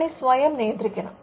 വിപണി സ്വയം നിയന്ത്രിക്കണം